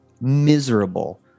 miserable